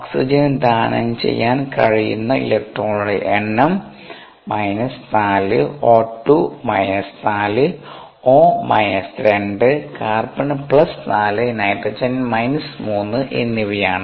ഓക്സിജന് ദാനം ചെയ്യാൻ കഴിയുന്ന ഇലക്ട്രോണുകളുടെ എണ്ണം 4 O2 4 O minus 2 carbon 4 nitrogen 3 എന്നിവയാണ്